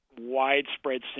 widespread